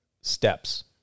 steps